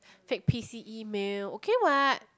fake P_C email okay what